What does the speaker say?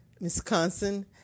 Wisconsin